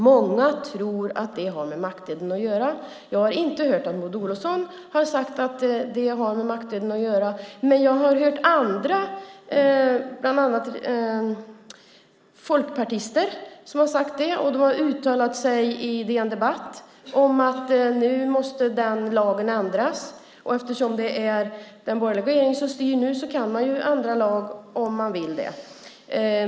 Många tror att det har med mackdöden att göra. Jag har inte hört Maud Olofsson säga att det har med mackdöden att göra, men jag har hört andra, bland annat folkpartister, säga detta. De har uttalat sig på DN Debatt om att nu måste denna lag ändras, och eftersom det är den borgerliga regeringen som styr nu kan de ju ändra lagen om de vill.